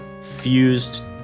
fused